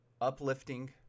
uplifting